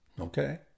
Okay